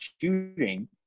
Shooting